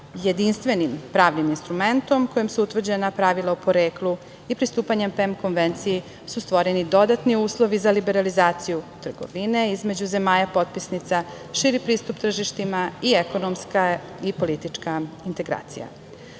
jedinstvenim pravnim instrumentom kojim su utvrđena pravila o poreklu i pristupanja PEM konvenciji su stvoreni dodatni uslovi za liberalizaciju trgovine između zemalja potpisnica, širi pristup tržištima i ekonomska i politička